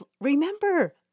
remember